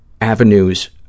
avenues